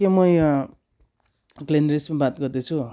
के म यहाँ ग्लेनेरिसमा बात गर्दैछु